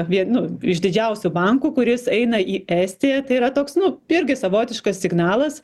vie nu iš didžiausių bankų kuris eina į estiją tai yra toks nu irgi savotiškas signalas